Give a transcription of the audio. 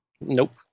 Nope